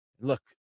Look